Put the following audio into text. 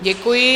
Děkuji.